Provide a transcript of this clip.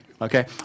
okay